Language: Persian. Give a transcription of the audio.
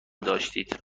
داشتید